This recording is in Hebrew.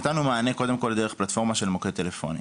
נתנו מענה, קודם כל, דרך פלטפורמה של מוקד טלפוני.